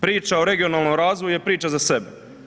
Priča o regionalnom razvoju je priča za sebe.